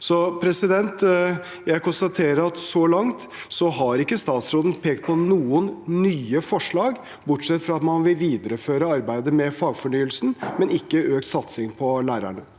så langt har ikke statsråden pekt på noen nye forslag, bortsett fra at man vil videreføre arbeidet med fagfornyelsen, men ikke økt satsing på lærerne.